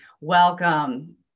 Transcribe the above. welcome